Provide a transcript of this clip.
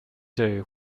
doo